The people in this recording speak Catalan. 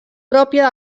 pròpia